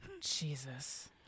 Jesus